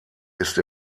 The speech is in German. ist